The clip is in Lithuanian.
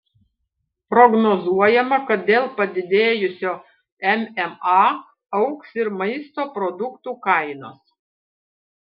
prognozuojama kad dėl padidėjusio mma augs ir maisto produktų kainos